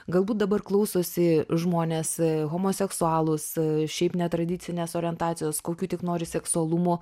galbūt dabar klausosi žmonės homoseksualūs šiaip netradicinės orientacijos kokių tik nori seksualumo